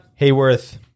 Hayworth